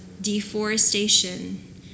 deforestation